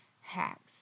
hacks